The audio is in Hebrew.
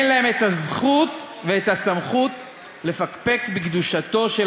אין להם הזכות והסמכות לפקפק בקדושתו של